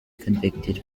convicted